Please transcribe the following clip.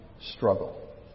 struggle